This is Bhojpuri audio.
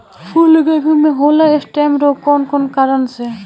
फूलगोभी में होला स्टेम रोग कौना कारण से?